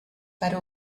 per